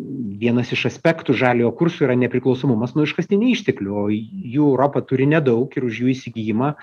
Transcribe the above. vienas iš aspektų žaliojo kurso yra nepriklausomumas nuo iškastinių išteklių o jų europa turi nedaug ir už jų įsigijimą